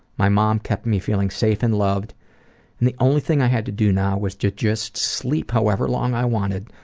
my mom kept me feeling safe and loved and the only thing i had to do now was to just sleep however long i wanted,